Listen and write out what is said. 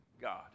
God